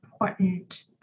important